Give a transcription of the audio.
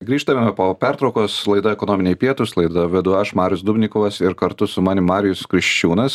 grįžtame po pertraukos laida ekonominiai pietūs laidą vedu aš marius dubnikovas ir kartu su manim marijus kriščiūnas